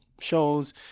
shows